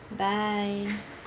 bye